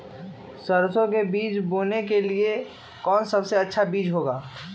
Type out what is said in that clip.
सरसो के बीज बोने के लिए कौन सबसे अच्छा बीज होगा?